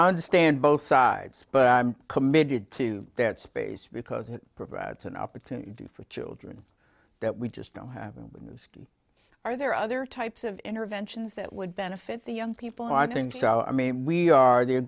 i understand both sides but i'm committed to that space because it provides an opportunity for children that we just know having witnessed are there other types of interventions that would benefit the young people i think so i mean we are the